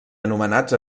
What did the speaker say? anomenats